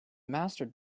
mastered